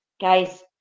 Guys